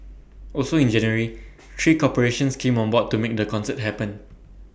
also in January three corporations came on board to make the concert happen